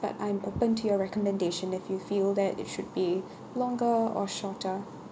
but I'm open to your recommendation if you feel that it should be longer or shorter